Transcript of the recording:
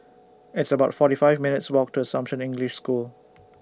It's about forty five minutes' Walk to Assumption English School